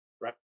Right